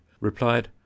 replied